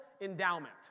endowment